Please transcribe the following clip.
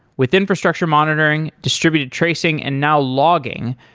with infrastructure monitoring, distributed tracing and now logging,